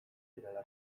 zirela